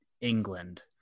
England